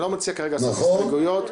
אני לא מציע כרגע לעשות הסתייגויות.